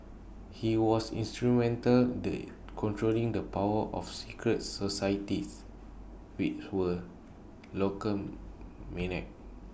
he was instrumental the controlling the power of secret societies which were local menace